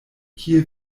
kie